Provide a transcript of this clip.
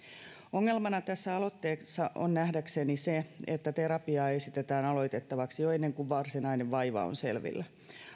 ongelmana tässä aloitteessa on nähdäkseni se että terapiaa esitetään aloitettavaksi jo ennen kuin varsinainen vaiva on selvillä